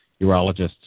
urologists